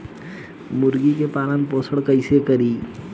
मुर्गी के पालन पोषण कैसे करी?